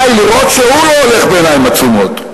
לראות שהוא לא הולך בעיניים עצומות.